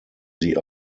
sie